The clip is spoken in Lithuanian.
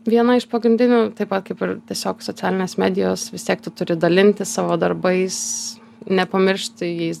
viena iš pagrindinių taip pat kaip ir tiesiog socialinės medijos sekti turi dalintis savo darbais nepamiršti jais